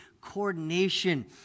coordination